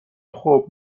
خوب